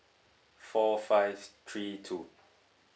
four five three two